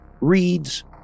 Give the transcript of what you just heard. reads